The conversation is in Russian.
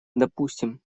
допустим